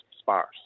sparse